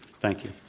thank you.